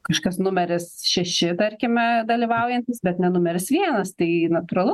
kažkas numeris šeši tarkime dalyvaujantis bet ne numeris vienas tai natūralu